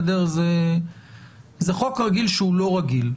זה חוק רגיל שהוא לא רגיל.